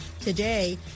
Today